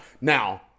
Now